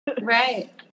right